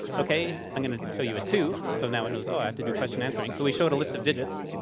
ok. i'm going to show you a two, so now it knows, oh. i have to do question answering. so we showed a list of digits,